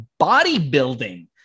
bodybuilding